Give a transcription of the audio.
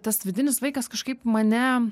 tas vidinis vaikas kažkaip mane